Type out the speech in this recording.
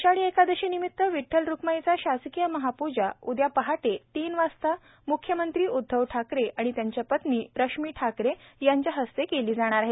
आषाढी एकादशीनिमित विठ्ठल रुख्माईची शासकीय महापूजा उद्या पहाटे तीन वाजता म्ख्यमंत्री उद्धव ठाकरे आणि त्यांच्या पत्नी रश्मी ठाकरे यांच्या हस्ते केली जाणार आहे